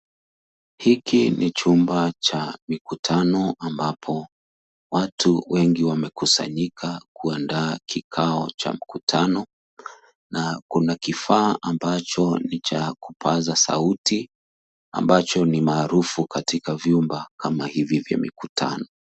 Hiki ni chumba cha mikutano ambapo watu wengi wamekusanyika kuandaa kikao cha mkutano na kuna kifaa ambacho ni cha kupaza sauti ambacho ni maarufu katika vyumba kama hivi vya makutano.